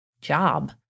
job